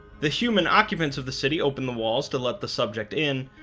the human occupants of the city opened the walls to let the subject in,